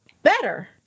Better